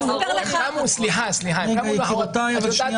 את יודעת,